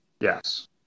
yes